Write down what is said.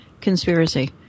conspiracy